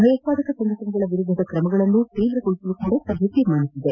ಭಯೋತ್ಪಾದಕ ಸಂಘಟನೆಗಳ ವಿರುದ್ಧದ ಕ್ರಮಗಳನ್ನು ತೀವ್ರಗೊಳಿಸಲು ಸಹ ಸಭೆ ನಿರ್ಧರಿಸಿದೆ